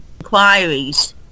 inquiries